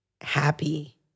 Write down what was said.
happy